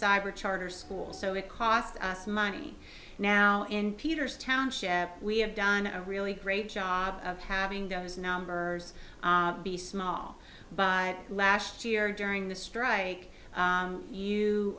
cyber charter schools so it cost us money now in peter's township we have done a really great job of having those numbers be small by last year during the strike